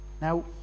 Now